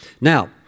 Now